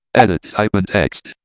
edit type in text.